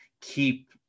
keep